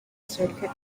circuit